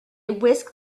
whisked